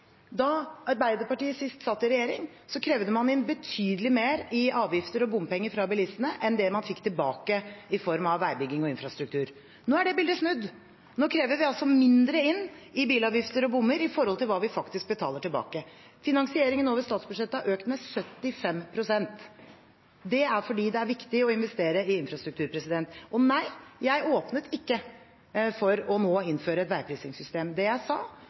Da Arbeiderpartiet sist satt i regjering, krevde man inn betydelig mer i avgifter og bompenger fra bilistene enn det man fikk tilbake i form av veibygging og infrastruktur. Nå er det bildet snudd. Nå krever vi mindre inn i bilavgifter og bompenger i forhold til hva vi betaler tilbake. Finansieringen over statsbudsjettet har økt med 75 pst. Det er fordi det er viktig å investere i infrastruktur. Og nei, jeg åpnet ikke nå for å innføre et veiprisingssystem. Det jeg sa,